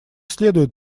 следует